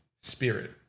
spirit